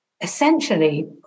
essentially